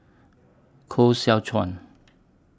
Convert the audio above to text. Koh Seow Chuan